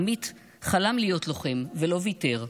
עמית חלם להיות לוחם ולא ויתר.